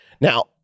Now